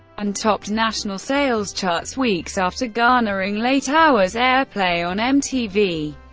and topped national sales charts weeks after garnering late hours airplay on mtv.